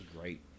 great